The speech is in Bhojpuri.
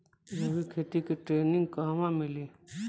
जैविक खेती के ट्रेनिग कहवा मिली?